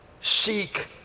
seek